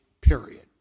period